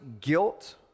guilt